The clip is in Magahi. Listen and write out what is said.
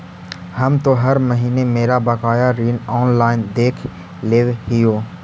हम तो हर महीने मेरा बकाया ऋण ऑनलाइन देख लेव हियो